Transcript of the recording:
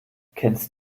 kennst